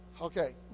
Okay